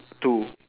two